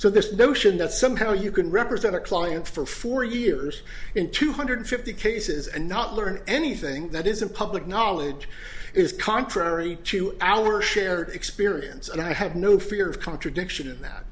so this notion that somehow you can represent a client for four years in two hundred fifty cases and not learn anything that isn't public knowledge is contrary to our shared experience and i have no fear of contradiction that